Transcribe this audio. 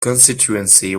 constituency